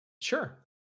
Sure